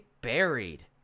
buried